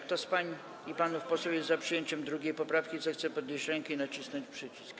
Kto z pań i panów posłów jest za przyjęciem 2. poprawki, zechce podnieść rękę i nacisnąć przycisk.